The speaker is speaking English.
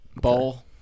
Bowl